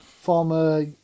Former